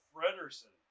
Frederson